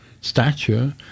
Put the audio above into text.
stature